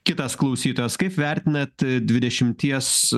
kitas klausytojas kaip vertinate dvidešimties